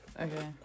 Okay